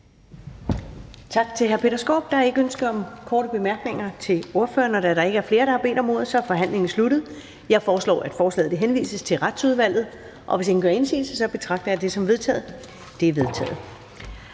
Tak til hr. Peter Skaarup. Der er ikke ønske om korte bemærkninger til ordføreren. Da der ikke er flere, der har bedt om ordet, er forhandlingen sluttet. Jeg foreslår, at forslaget henvises til Retsudvalget, og hvis ingen gør indsigelse betragter jeg det som vedtaget. Det er vedtaget.